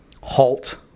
HALT